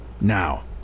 now